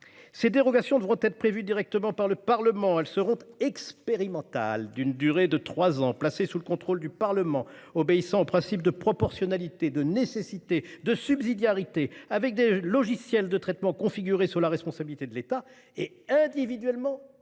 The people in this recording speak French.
Les dérogations devront être prévues directement par le Parlement. Elles seront expérimentales, d'une durée de trois ans, placées sous le contrôle du Parlement, obéissant aux principes de proportionnalité, de nécessité et de subsidiarité, et devront utiliser des logiciels de traitement configurés sous la responsabilité de l'État et individuellement autorisés,